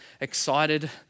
excited